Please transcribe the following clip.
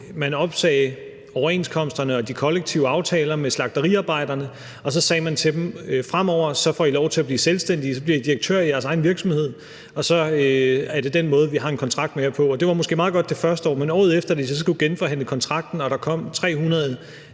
man opsagde overenskomsterne og de kollektive aftaler med slagteriarbejderne, og så sagde man til dem: Fremover får I lov til at blive selvstændige, og så bliver I direktører i jeres egen virksomhed, og så er det den måde, vi har en kontrakt med jer på. Og det var måske meget godt det første år, men året efter, da de så skulle genforhandle kontrakten og der kom 300